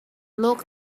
looked